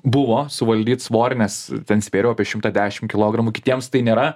buvo suvaldyt svorį nes ten svėriau apie šimtą dešim kilogramų kitiems tai nėra